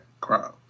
crime